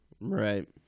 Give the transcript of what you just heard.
Right